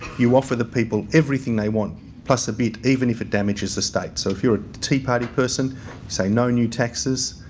you offer the people everything they want plus a bit even if it damages the state. so, if you're a tea party person you say no new taxes.